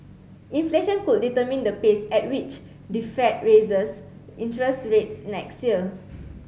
inflation could determine the pace at which the fed raises interest rates next year